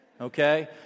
okay